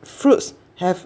fruits have